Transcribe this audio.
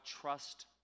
trust